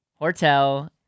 Hortel